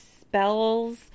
spells